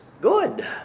good